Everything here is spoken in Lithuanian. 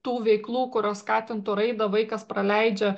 tų veiklų kurios skatintų raidą vaikas praleidžia